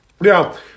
Now